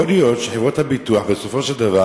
יכול להיות שחברות הביטוח יגידו בסופו של דבר: